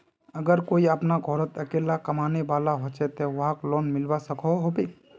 अगर कोई अपना घोरोत अकेला कमाने वाला होचे ते वाहक लोन मिलवा सकोहो होबे?